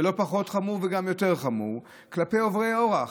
ולא פחות חמור וגם יותר חמור, כלפי עוברי אורח.